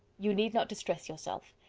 you need not distress yourself.